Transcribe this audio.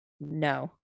No